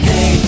Hey